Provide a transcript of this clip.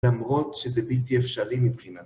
למרות שזה בלתי אפשרי מבחינתנו.